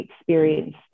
experience